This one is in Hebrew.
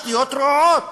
התשתיות רעועות.